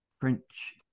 French